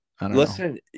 listen